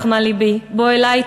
מחמל לבי / בוא אלי,